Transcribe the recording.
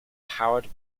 powered